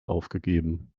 aufgegeben